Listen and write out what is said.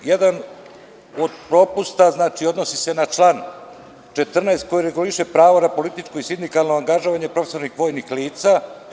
Jedan od propusta odnosi se na član 14. koji reguliše pravo na političku i sindikalno angažovanje profesionalnih vojnih lica.